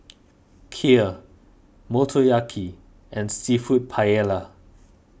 Kheer Motoyaki and Seafood Paella